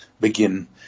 begin